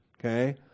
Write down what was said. okay